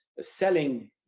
selling